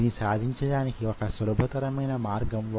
వీటన్నిటికీ సాధనాలు కావాలి